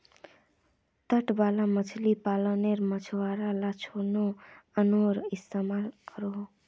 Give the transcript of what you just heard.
तट वाला मछली पालानोत मछुआरा ला छोटो नओर इस्तेमाल करोह